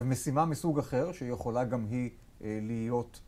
ומשימה מסוג אחר שיכולה גם היא להיות